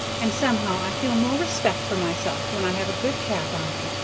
and somehow i feel more respect for myself when i have a good cap on.